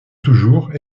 toujours